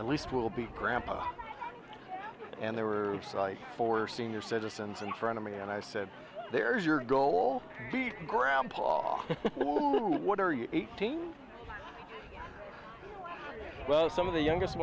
at least we will be grandpa and they were right for senior citizens in front of me and i said there is your goal he grabbed what are you eighteen well some of the youngest